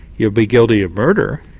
yo'd be guilty of murder.